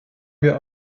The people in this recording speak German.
mir